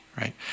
right